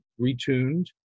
retuned